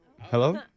Hello